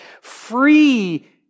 Free